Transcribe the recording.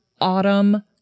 Autumn